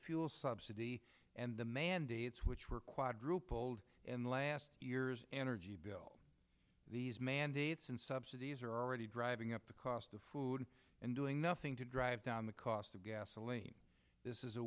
fuel subsidy and the mandates which were quadrupled in the last years energy bill these mandates in subsidies are already driving up the cost of food and doing nothing to drive down the cost of gasoline this is a